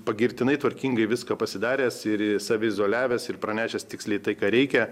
pagirtinai tvarkingai viską pasidaręs ir ir saviizoliavęs ir pranešęs tiksliai tai ką reikia